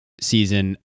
season